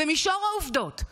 ובמישור העובדות,